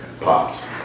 pops